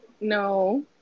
No